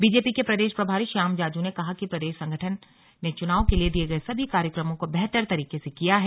BJP के प्रदेश प्रभारी श्याम जाजू ने कहा कि प्रदेश संगठन ने चुनाव के लिए दिये गये सभी कार्यक्रमों को बेहतर तरीके से किया है